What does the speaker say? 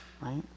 right